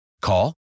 Call